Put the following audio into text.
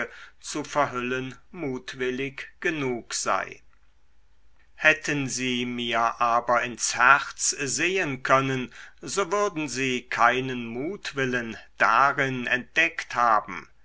zu verhüllen mutwillig genug sei hätten sie mir aber ins herz sehen können so würden sie keinen mutwillen darin entdeckt haben